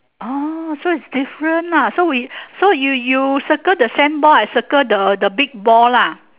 oh so it's different ah so we so you you circle the same ball I circle the big ball lah